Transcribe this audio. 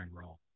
role